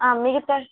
ఆ మిగతా